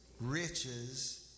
riches